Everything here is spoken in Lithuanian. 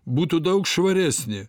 būtų daug švaresnė